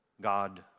God